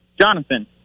Jonathan